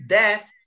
death